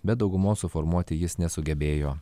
bet daugumos suformuoti jis nesugebėjo